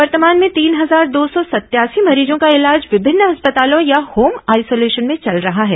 वर्तमान में तीन हजार दो सौ सतयासी मरीजों का इलाज विभिन्न अस्पतालों या होम आइसोलेशन में चेल रहा है